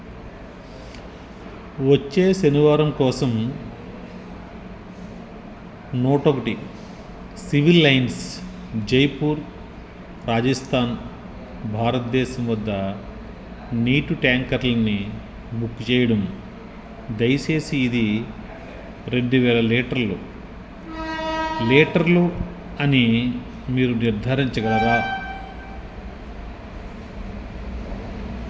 వచ్చే శనివారం కోసం నూటొకటి సివిల్ లైన్స్ జైపూర్ రాజస్థాన్ భారద్దేశం వద్ద నీటటి ట్యాంకర్ల్ని బుక్కు చెయ్యడం దయచేసి ఇది రెండు వేల లీటర్లు లీటర్లు అని మీరు నిర్ధారించగలరా